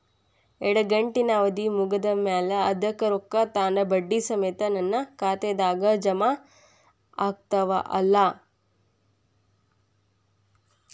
ಇಡಗಂಟಿನ್ ಅವಧಿ ಮುಗದ್ ಮ್ಯಾಲೆ ಅದರ ರೊಕ್ಕಾ ತಾನ ಬಡ್ಡಿ ಸಮೇತ ನನ್ನ ಖಾತೆದಾಗ್ ಜಮಾ ಆಗ್ತಾವ್ ಅಲಾ?